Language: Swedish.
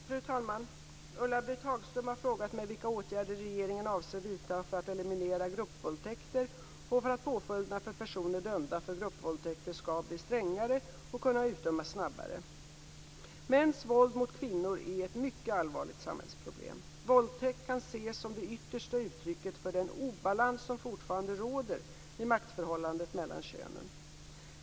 Fru talman! Ulla-Britt Hagström har frågat mig vilka åtgärder regeringen avser vidta för att eliminera gruppvåldtäkter och för att påföljderna för personer dömda för gruppvåldtäkter skall bli strängare och kunna utdömas snabbare. Mäns våld mot kvinnor är ett mycket allvarligt samhällsproblem. Våldtäkt kan ses som det yttersta uttrycket för den obalans som fortfarande råder i maktförhållandet mellan könen.